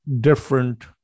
different